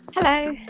Hello